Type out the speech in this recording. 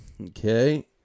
Okay